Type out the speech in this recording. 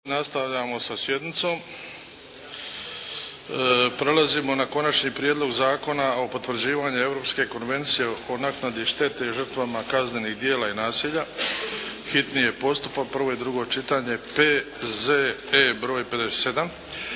nastavljamo sa sjednicom. Prelazimo na: - Konačni prijedlog Zakona o potvrđivanju Europske konvencije o naknadi štete žrtvama kaznenih djela nasilja, hitni postupak, prvo i drugo čitanje, P.Z.E. br. 57